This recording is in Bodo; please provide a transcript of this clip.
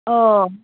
औ